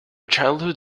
childhood